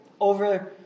over